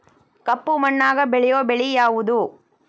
ಕಪ್ಪು ಮಣ್ಣಾಗ ಬೆಳೆಯೋ ಬೆಳಿ ಯಾವುದು?